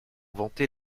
vantait